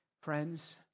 Friends